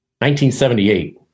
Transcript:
1978